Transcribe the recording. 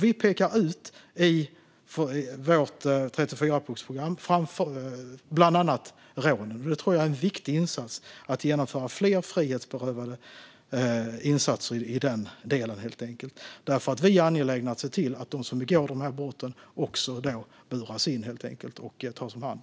Vi pekar i vårt 34-punktsprogram bland annat ut rånen. Jag tror att det är en viktig insats att genomföra fler frihetsberövande insatser i den delen. Vi är angelägna om att se till att de som begår de här brotten också buras in och tas om hand.